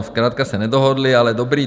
Zkrátka se nedohodli, ale dobrý.